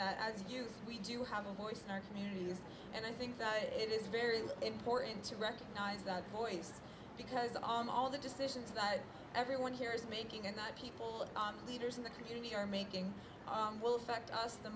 jews we do have a voice in our communities and i think that it is very important to recognize that voice because on all the decisions that everyone here is making and not people on leaders in the community are making will fact us the